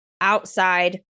outside